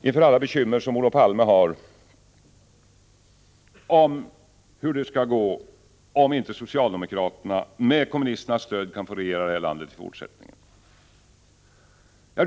Inför alla bekymmer som Olof Palme har om hur det skulle gå om inte socialdemokraterna med kommunisternas hjälp kan få regera landet i fortsättningen vill jag säga följande.